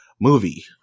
movie